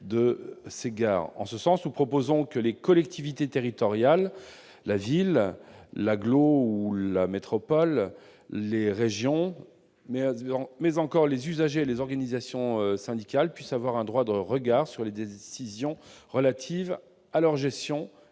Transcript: de ces gares. Nous proposons donc que les collectivités territoriales- villes, agglomérations, métropoles, régions -, mais aussi les usagers et les organisations syndicales puissent avoir un droit de regard sur les décisions relatives à la gestion